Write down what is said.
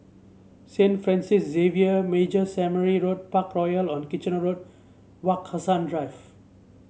Saint Francis Xavier Major Seminary Parkroyal on Kitchener Road Wak Hassan Drive